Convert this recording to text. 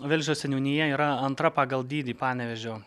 velžio seniūnija yra antra pagal dydį panevėžio